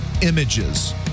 Images